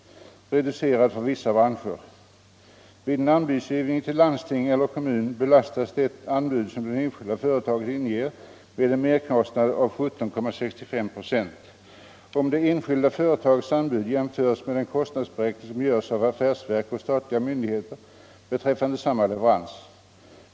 branscher). Vid en anbudsgivning till ett landsting eller en kommun belastas det anbud som det enskilda företaget inger med en merkostnad på 17,65 procent om det enskilda företagets anbud jämförs med den kostnadsberäkning som görs av affärsverk och statliga myndigheter beträffande samma leverans.